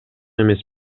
эмес